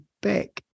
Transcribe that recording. back